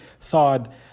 thawed